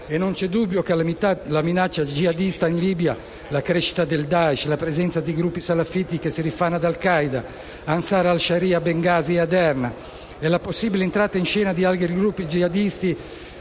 E non c'è dubbio che la minaccia jihadista in Libia (la crescita del Daesh, la presenza di gruppi salafiti che si rifanno ad al-Qaeda come Ansar al-Sharia a Bengasi e a Derna, e la possibile entrata in scena di altri gruppi jihadisti